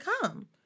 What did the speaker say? come